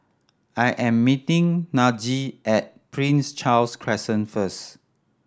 I am meeting Najee at Prince Charles Crescent first